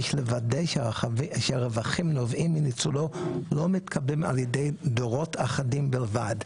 יש לוודא שהרווחים הנובעים מניצולו לא מתקבלים על ידי דורות אחדים בלבד.